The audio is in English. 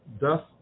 thus